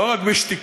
לא רק בשתיקה,